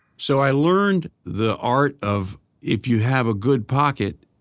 so i learned the art of if you have a good pocket.